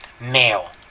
male